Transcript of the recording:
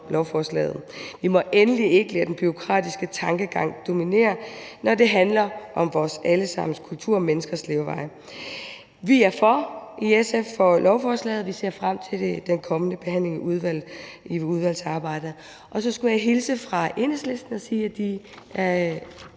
lovforslaget. Vi må endelig ikke lade den bureaukratiske tankegang dominere, når det handler om vores alle sammens kulturmenneskers leveveje. Vi er i SF for lovforslaget, og vi ser frem til den kommende behandling i udvalget. Så skulle jeg hilse fra Enhedslisten og sige, at de er